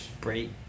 break